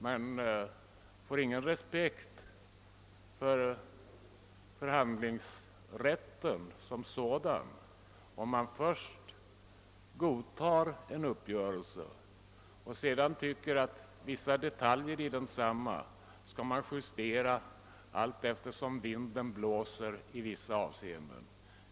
Förhandlingsrätten som sådan kan inte åtnjuta någon respekt om man först godtar en uppgörelse och sedan kräver att vissa detaljer skall justeras beroende på vart vinden blåser för ögonblicket.